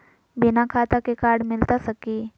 बिना खाता के कार्ड मिलता सकी?